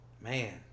Man